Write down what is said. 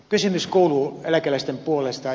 kysymys kuuluu eläkeläisten puolesta